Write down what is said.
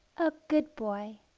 a good boy